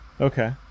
okay